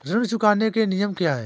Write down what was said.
ऋण चुकाने के नियम क्या हैं?